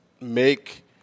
make